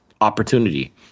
opportunity